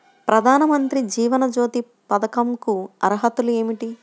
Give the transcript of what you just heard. ప్రధాన మంత్రి జీవన జ్యోతి పథకంకు అర్హతలు ఏమిటి?